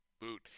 boot